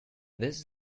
this